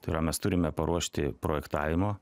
tai yra mes turime paruošti projektavimo